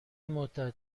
مدت